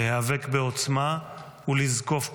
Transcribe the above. להיאבק בעוצמה ולזקוף קומה.